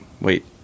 wait